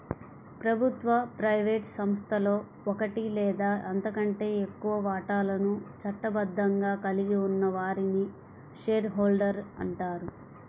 ప్రభుత్వ, ప్రైవేట్ సంస్థలో ఒకటి లేదా అంతకంటే ఎక్కువ వాటాలను చట్టబద్ధంగా కలిగి ఉన్న వారిని షేర్ హోల్డర్ అంటారు